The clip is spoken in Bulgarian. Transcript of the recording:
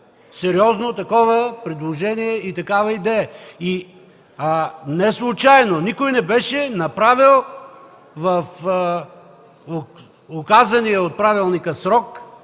сериозно такова предложение и такава идея. Неслучайно никой не беше направил в указания от правилника срок